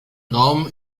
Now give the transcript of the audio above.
raum